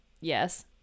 Yes